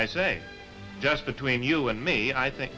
i say just between you and me i think